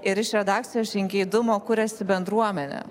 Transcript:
ir iš redakcijos žingeidumo kuriasi bendruomenė